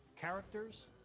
characters